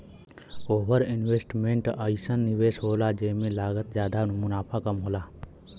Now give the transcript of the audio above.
over investment अइसन निवेस होला जेमे लागत जादा मुनाफ़ा कम होला